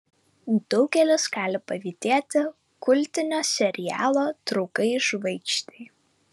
daugelis gali pavydėti kultinio serialo draugai žvaigždei